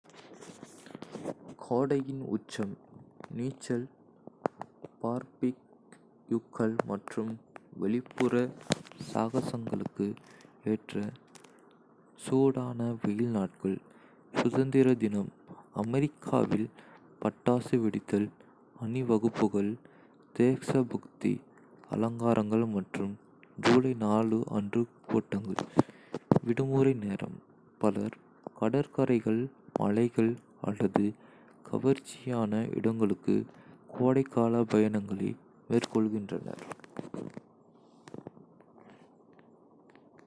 கோடையின் உச்சம் - நீச்சல், பார்பிக்யூக்கள் மற்றும் வெளிப்புற சாகசங்களுக்கு ஏற்ற சூடான, வெயில் நாட்கள். சுதந்திர தினம் (அமெரிக்காவில்) - பட்டாசு வெடித்தல், அணிவகுப்புகள், தேசபக்தி அலங்காரங்கள் மற்றும் ஜூலை 4 அன்று கூட்டங்கள். விடுமுறை நேரம் - பலர் கடற்கரைகள், மலைகள் அல்லது கவர்ச்சியான இடங்களுக்கு கோடைக்கால பயணங்களை மேற்கொள்கின்றனர்.